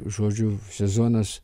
žodžiu sezonas